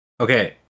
Okay